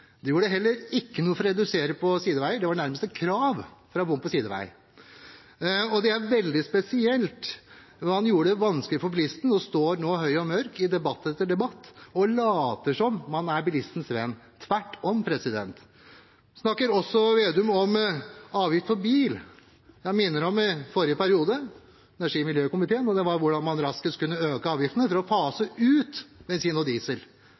De gjorde heller ikke noe for å redusere på sideveier, det var nærmest et krav å ha bom på sideveier. Det er veldig spesielt at man gjorde det vanskelig for bilisten, men nå står høy og mørk i debatt etter debatt og later som om man er bilistens venn. Det er tvert om. Slagsvold Vedum snakker også om avgift på bil. Jeg minner om forrige periode i energi- og miljøkomiteen, da det gjaldt hvordan man raskest kunne øke avgiftene for å fase ut bensin og diesel.